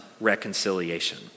reconciliation